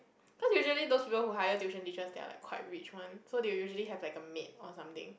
cause usually those people who hire tuition teachers they are like quite rich one so they will usually have like a maid or something